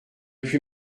puis